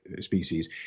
species